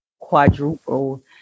quadruple